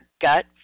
gut